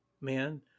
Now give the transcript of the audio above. man